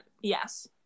yes